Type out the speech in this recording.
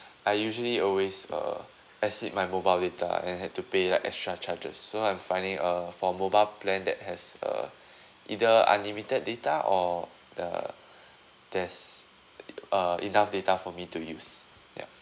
I usually always uh exceed my mobile data and had to pay like extra charges so I'm finding a for mobile plan that has a either unlimited data or the there's uh enough data for me to use yup